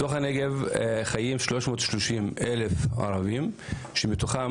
בתוך הנגב חיים 330,000 ערבים שמתוכם